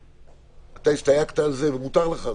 אתה הסתייגת על זה, ומותר לך.